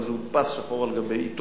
אבל זה הודפס שחור על גבי עיתון,